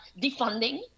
defunding